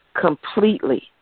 completely